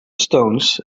stones